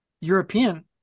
european